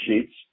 sheets